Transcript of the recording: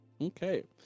Okay